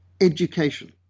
education